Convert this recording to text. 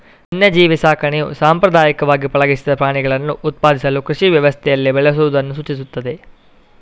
ವನ್ಯಜೀವಿ ಸಾಕಣೆಯು ಸಾಂಪ್ರದಾಯಿಕವಾಗಿ ಪಳಗಿಸದ ಪ್ರಾಣಿಗಳನ್ನು ಉತ್ಪಾದಿಸಲು ಕೃಷಿ ವ್ಯವಸ್ಥೆಯಲ್ಲಿ ಬೆಳೆಸುವುದನ್ನು ಸೂಚಿಸುತ್ತದೆ